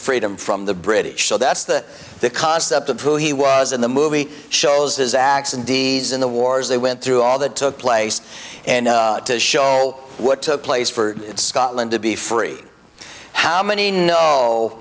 freedom from the british so that's the concept of who he was in the movie shows his acts and deeds in the wars they went through all that took place and to show what took place for scotland to be free how many no